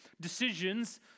decisions